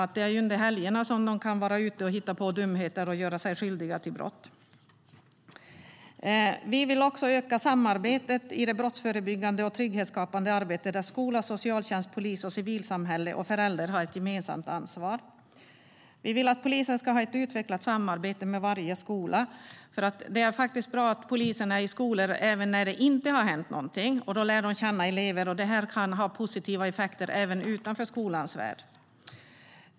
Det är på helgerna som de kan vara ute och hitta på dumheter och göra sig skyldiga till brott. Vi vill också öka samarbetet i det brottsförebyggande och trygghetsskapande arbetet där skola, socialtjänst, polis, civilsamhälle och föräldrar har ett gemensamt ansvar. Vi vill att polisen ska ha ett utvecklat samarbete med varje skola. Det är bra att polisen är i skolor även när det inte har hänt någonting. Då lär de känna elever. Det kan ha positiva effekter även utanför skolans värld.